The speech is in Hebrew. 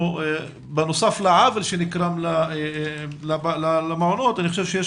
בנוסף לעוול שנגרם להם אני חושב שיש